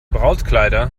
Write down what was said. brautkleider